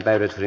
asia